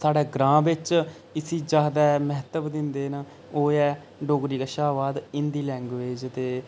साढ़े ग्रांऽ बिच्च इसी ज्यादा म्हत्तब दिंदे न ओह् ऐ डोगरी कशा बाद हिंदी लैंग्वेज ते